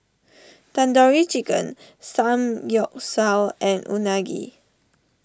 Tandoori Chicken Samgyeopsal and Unagi